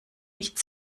nicht